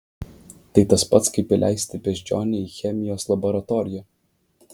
tai tas pat kaip įleisti beždžionę į chemijos laboratoriją